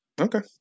Okay